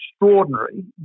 Extraordinary